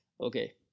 Okay